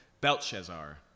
Belshazzar